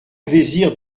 plaisir